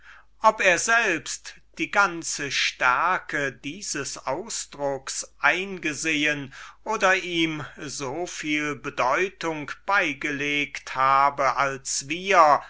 ob er selbst die ganze stärke dieses ausdrucks eingesehen oder ihm so viel bedeutung beigelegt habe als wir